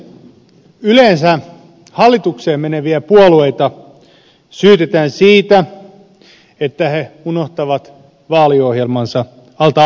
yleensä hallitukseen meneviä puolueita syytetään siitä että ne unohtavat vaaliohjelmansa alta aikayksikön